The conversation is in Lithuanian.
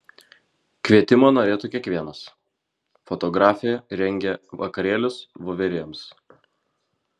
kvietimo norėtų kiekvienas fotografė rengia vakarėlius voverėms